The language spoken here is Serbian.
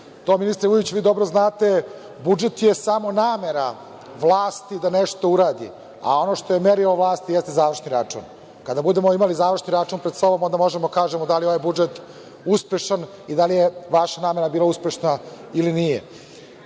Ministre Vujoviću, vi to dobro znate, budžet je samo namera vlasti da nešto uradi, a ono što je merilo vlasti jeste završni račun. Kada budemo imali završni račun pred sobom, onda možemo da kažemo da li je ovaj budžet uspešan i da li je vaša namera bila uspešna ili nije. Da,